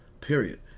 period